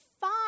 five